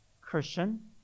Christian